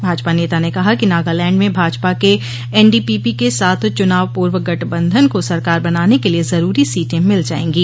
भाजपा नेता ने कहा कि नगालैण्ड में भाजपा के एनडीपीपी के साथ चुनाव पूर्व गठबंधन को सरकार बनाने के लिए जरूरी सीटें मिल जाएंगी